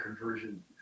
conversion